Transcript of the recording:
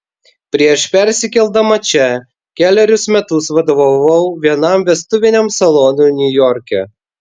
prieš persikeldama čia kelerius metus vadovavau vienam vestuviniam salonui niujorke